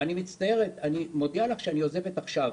"אני מצטערת, אני מודיעה לך שאני עוזבת עכשיו."